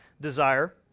desire